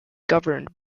governed